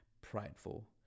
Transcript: prideful